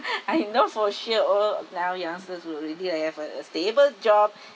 I know for sure all now youngsters will already like have a a stable job